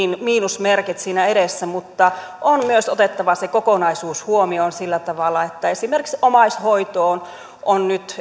miinusmerkit siinä edessä mutta on myös otettava se kokonaisuus huomioon sillä tavalla että esimerkiksi omaishoitoon on nyt